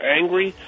angry